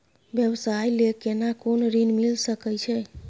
व्यवसाय ले केना कोन ऋन मिल सके छै?